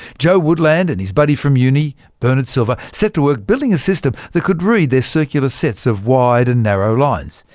joe woodland and his buddy from uni, bernard silver set to work building a system that could read their circular sets of wide and narrow lines.